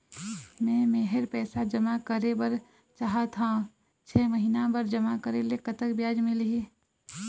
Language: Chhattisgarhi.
मे मेहर पैसा जमा करें बर चाहत हाव, छह महिना बर जमा करे ले कतक ब्याज मिलही?